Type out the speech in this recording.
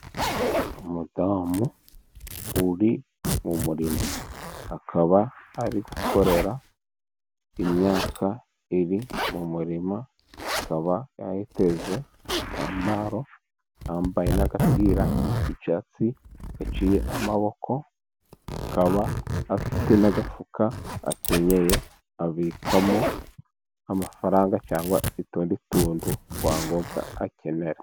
Umudamu uri mu murima, akaba ari gukorera imyaka iri mu murima, akaba yateze igitambaro, yambaye n'agapira k'icyatsi gaciye amaboko, akaba afite n'agafuka， akenyeye abikamo amafaranga, cyangwa utundi tuntu twa ngombwa akenera.